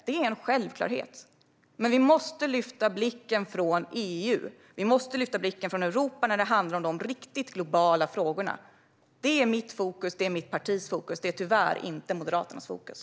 Det är en självklarhet. Men vi måste lyfta blicken från EU och Europa när det gäller de riktigt globala frågorna. Det är mitt fokus, och det är mitt partis fokus. Det är tyvärr inte Moderaternas fokus.